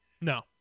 No